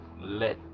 let